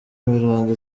mirongo